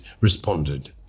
responded